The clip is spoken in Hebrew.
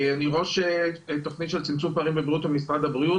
אני ראש תוכנית של צמצום פערים בבריאות במשרד הבריאות,